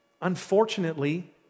Unfortunately